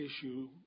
issue